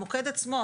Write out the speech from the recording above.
המוקד עצמו,